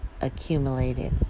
accumulated